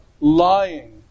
lying